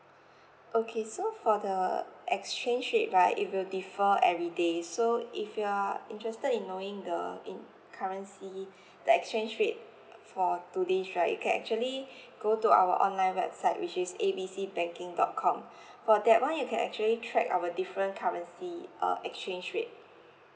okay so for the exchange rate right it will differ everyday so if you are interested in knowing the in currency the exchange rate for today's right you can actually go to our online website which is A B C banking dot com for that one you can actually track our different currency uh exchange rate